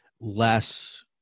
less